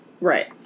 right